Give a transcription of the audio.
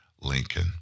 Lincoln